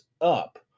up